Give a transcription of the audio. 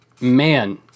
man